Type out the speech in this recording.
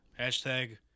Hashtag